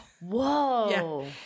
Whoa